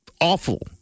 awful